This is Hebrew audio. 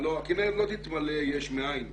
הלא הכינרת לא תתמלא יש מאין.